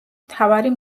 მთავარი